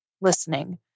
listening